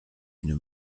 une